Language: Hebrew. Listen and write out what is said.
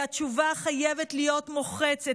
התשובה חייבת להיות מוחצת.